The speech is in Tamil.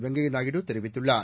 வெங்கைய நாயுடு தெரிவித்துள்ளார்